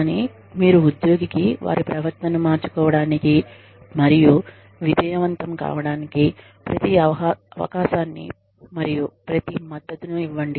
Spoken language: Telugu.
కానీ మీరు ఉద్యోగికి వారి ప్రవర్తనను మార్చుకోవడానికి మరియు విజయవంతం కావడానికి ప్రతి అవకాశాన్ని మరియు ప్రతి మద్దతును ఇవ్వండి